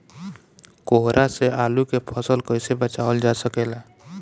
कोहरा से आलू के फसल कईसे बचावल जा सकेला?